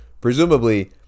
Presumably